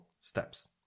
steps